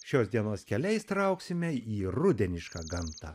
šios dienos keliais trauksime į rudenišką gamtą